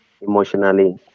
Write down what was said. emotionally